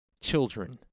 Children